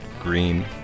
green